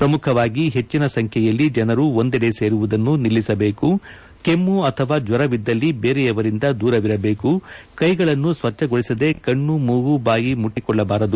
ಪ್ರಮುಖವಾಗಿ ಹೆಚ್ಚಿನ ಸಂಖ್ಯೆಯಲ್ಲಿ ಜನರು ಒಂದೆಡೆ ಸೇರುವುದನ್ನು ನಿಲ್ಲಿಸಬೇಕು ಕೆಮ್ಮ ಅಥವಾ ಜ್ವರವಿದ್ದಲ್ಲಿ ಬೇರೆಯವರಿಂದ ದೂರವಿರಬೇಕು ಕೈಗಳನ್ನು ಸ್ವಚ್ಯಗೊಳಸದೆ ಕಣ್ಣು ಮೂಗು ಬಾಯಿ ಮುಟ್ಟಕೊಳ್ಳಬಾರದು